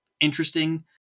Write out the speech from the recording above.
interesting